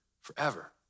forever